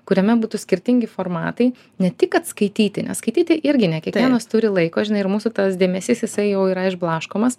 kuriame būtų skirtingi formatai ne tik kad skaityti nes skaityti irgi ne kiekvienas turi laiko žinai ir mūsų tas dėmesys jisai jau yra išblaškomas